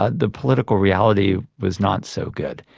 ah the political reality was not so good,